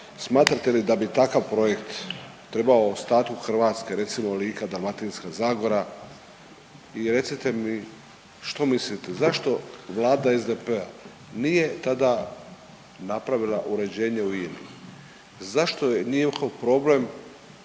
Smatrate li da bi takav projekt trebao … hrvatske recimo Lika, Dalmatinska zagora? I recite mi što mislite zašto vlada SDP-a nije tada napravila uređenje u INA-i? Zašto je njihov problem